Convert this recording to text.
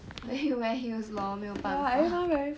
then you wear heels lor 没有办法